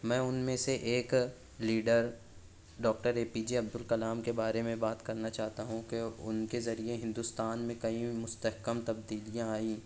میں ان میں سے ایک leader doctor A P J Abdul Kalam کے بارے میں بات کرنا چاہتا ہوں کہ ان کے ذریعے ہندوستان میں کئی مستحکم تبدیلیاں آئیں